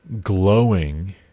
glowing